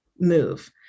move